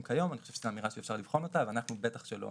כיום - זו אמירה שאפשר לבחון אותה ואנחנו בטח שלא